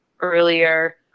earlier